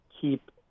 keep